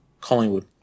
Collingwood